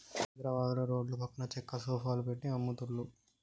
హైద్రాబాదుల రోడ్ల పక్కన చెక్క సోఫాలు పెట్టి అమ్ముతున్లు